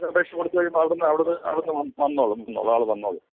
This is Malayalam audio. അത് അപേക്ഷ കൊടുത്ത് കഴിയുമ്പോൾ അവിടുന്ന് അവിടുന്ന് അവിടുന്ന് വന്ന് വന്നോളും വന്നോളും ആൾ വന്നോളും